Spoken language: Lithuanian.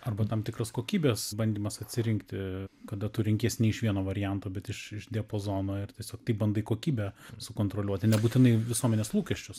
arba tam tikras kokybės bandymas atsirinkti kada tu renkies ne iš vieno varianto bet iš iš diapazono ir tiesiog taip bandai kokybę sukontroliuoti nebūtinai visuomenės lūkesčius